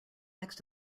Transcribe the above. next